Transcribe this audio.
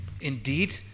indeed